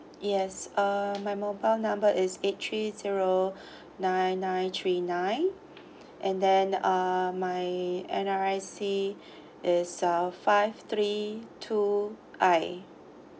yes uh my mobile number is eight three zero nine nine three nine and then uh my N_R_I_C is uh five three two I